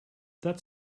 that